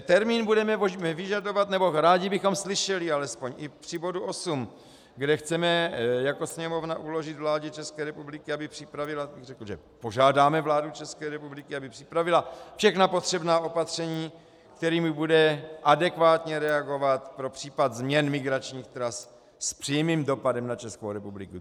Termín budeme vyžadovat, nebo rádi bychom slyšeli alespoň, i při bodu 8, kde chceme jako Sněmovna uložit vládě České republiky, aby připravila já bych řekl, že požádáme vládu České republiky, aby připravila všechna potřebná opatření, kterými bude adekvátně reagovat pro případ změn migračních tras s přímým dopadem na Českou republiku.